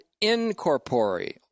incorporeal